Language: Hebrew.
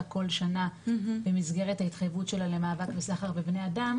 כל שנה במסגרת ההתחייבות שלה למאבק בסחר בבני אדם,